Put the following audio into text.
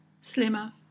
slimmer